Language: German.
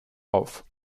auf